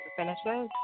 finishes